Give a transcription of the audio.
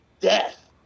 death